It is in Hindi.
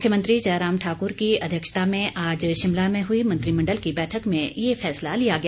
मुख्यमंत्री जयराम ठाकुर की अध्यक्षता में आज शिमला में हुई मंत्रिमण्डल की बैठक में ये फैसला लिया गया